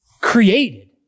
created